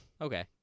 Okay